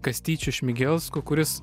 kastyčiu šmigelsku kuris